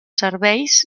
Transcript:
serveis